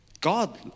God